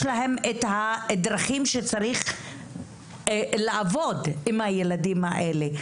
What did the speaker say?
להם את הדרכים שצריך לעבוד עם הילדים האלה.